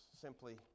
simply